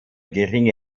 geringe